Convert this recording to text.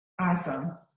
awesome